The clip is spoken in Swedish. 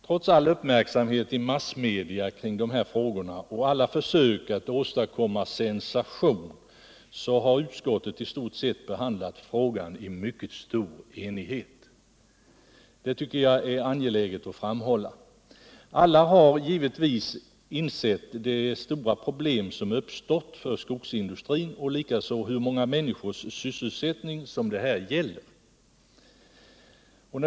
Trots all uppmärksamhet i massmedia kring dessa frågor och trots alla försök att åstadkomma sensation har utskottet i stort sett behandlat frågan i mycket stor enighet. Det tycker jag är angeläget att framhålla. Alla har givetvis insett de stora problem som har uppstått för skogsindustrin, och likaså hur många människors sysselsättning som det här gäller.